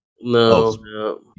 No